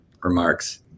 remarks